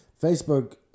Facebook